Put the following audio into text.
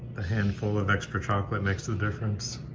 the handful of extra chocolate makes the difference.